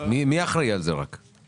פיזית הוא נמצא בבית החולים?